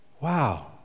wow